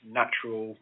natural